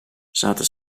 zaten